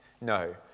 No